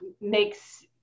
makes